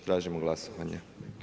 Tražimo glasovanje.